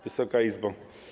Wysoka Izbo!